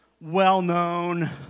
well-known